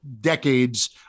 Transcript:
decades